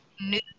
new